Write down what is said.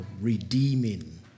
redeeming